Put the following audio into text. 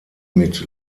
mit